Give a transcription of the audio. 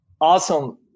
awesome